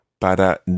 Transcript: para